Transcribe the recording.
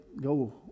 go